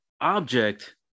object